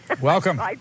Welcome